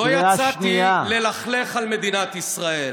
לא יצאתי ללכלך על מדינת ישראל.